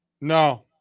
no